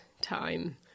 time